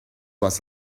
was